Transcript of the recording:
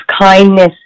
kindness